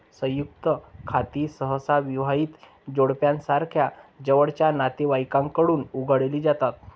संयुक्त खाती सहसा विवाहित जोडप्यासारख्या जवळच्या नातेवाईकांकडून उघडली जातात